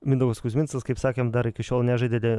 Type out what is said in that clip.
mindaugas kuzminskas kaip sakant dar iki šiol nežaidė dė